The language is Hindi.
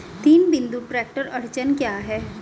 तीन बिंदु ट्रैक्टर अड़चन क्या है?